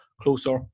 closer